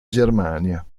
germania